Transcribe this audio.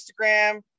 Instagram